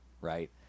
right